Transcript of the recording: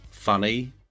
Funny